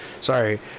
Sorry